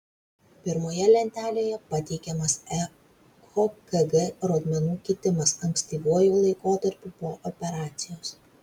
pirmoje lentelėje pateikiamas echokg rodmenų kitimas ankstyvuoju laikotarpiu po operacijos